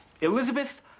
Elizabeth